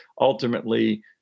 ultimately